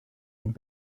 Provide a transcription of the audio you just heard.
and